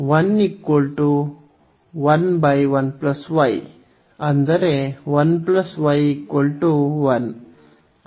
ಆದ್ದರಿಂದ 1 1 1 y ಅಂದರೆ 1 y 1